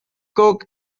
cooke